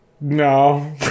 No